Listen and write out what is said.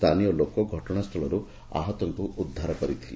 ସ୍ଛାନୀୟ ଲୋକ ଘଟଣାସ୍ଥୁଳର୍ ଆହତଙ୍କୁ ଉଦ୍ଧାର କରିଥିଲେ